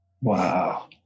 Wow